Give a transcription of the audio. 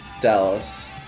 Dallas